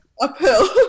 uphill